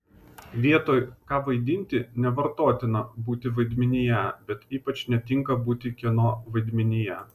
vietoj ką vaidinti nevartotina būti vaidmenyje bet ypač netinka būti kieno vaidmenyje